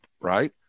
right